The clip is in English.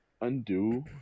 undo